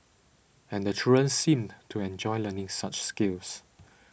and the children seemed to enjoy learning such skills